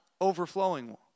overflowing